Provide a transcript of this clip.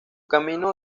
camino